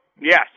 yes